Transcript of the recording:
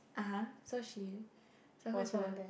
uh !huh! so she so who is the